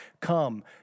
come